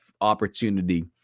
opportunity